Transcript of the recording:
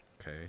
Okay